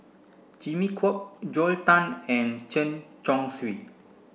Jimmy Chok Joel Tan and Chen Chong Swee